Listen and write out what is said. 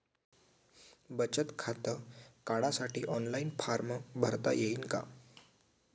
बचत खातं काढासाठी ऑफलाईन फारम भरता येईन का?